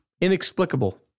Inexplicable